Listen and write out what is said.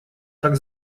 так